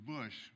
Bush